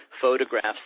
photographs